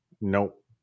Nope